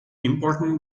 important